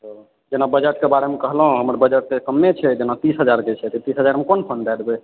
जेना बजटके बारेमे कहलहुॅं हँ हमर बजट कम्मे छै जेना तीस हजारके छै तऽ तीस हजारमे कोन फोन दऽ दबै